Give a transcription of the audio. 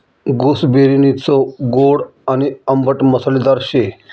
गूसबेरीनी चव गोड आणि आंबट मसालेदार शे